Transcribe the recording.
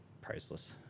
Priceless